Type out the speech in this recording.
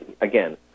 again